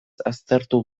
aztertu